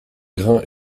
grains